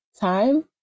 time